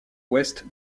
ouest